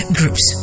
groups